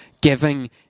giving